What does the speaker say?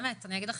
באמת אני אומר,